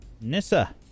Nissa